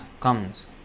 comes